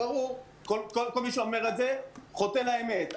מי שאומר את זה חוטא לאמת.